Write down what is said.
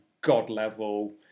God-level